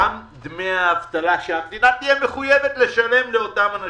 גם דמי האבטלה שהמדינה תהיה מחויבת לשלם לאותם אנשים,